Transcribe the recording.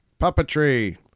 Puppetry